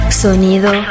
Sonido